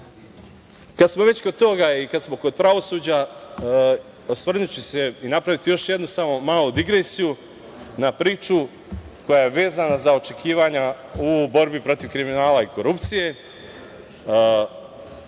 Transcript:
smo već kod toga i kad smo kod pravosuđa, osvrnuću se i napraviti još jednu malu digresiju na priču koja je vezana za očekivanja u borbi protiv kriminala i korupcije,